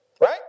Right